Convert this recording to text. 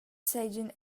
seigien